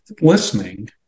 listening